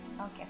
Okay